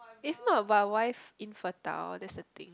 if not about wife infertile that's the thing